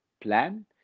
plan